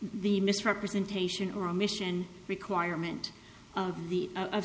the misrepresentation or omission requirement of the